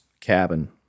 cabin